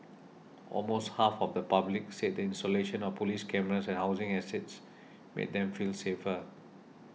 almost half of the public said the installation of police cameras at housing estates made them feel safer